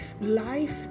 Life